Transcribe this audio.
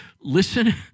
listen